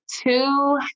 two